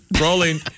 Rolling